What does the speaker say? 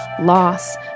Loss